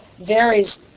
varies